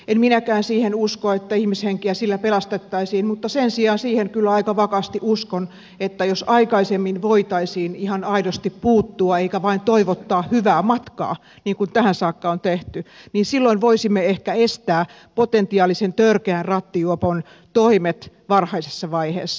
en minäkään siihen usko että ihmishenkiä sillä pelastettaisiin mutta sen sijaan siihen kyllä aika vakaasti uskon että jos aikaisemmin voitaisiin ihan aidosti puuttua eikä vain toivottaa hyvää matkaa niin kuin tähän saakka on tehty niin silloin voisimme ehkä estää potentiaalisen törkeän rattijuopon toimet varhaisessa vaiheessa